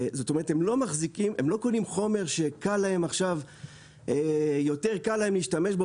זאת אומרת: הם לא קונים חומר שיותר קל להם להשתמש בו